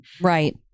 right